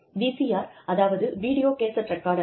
VCR அதாவது video cassette ரெக்கார்டர்கள்